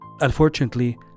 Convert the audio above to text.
Unfortunately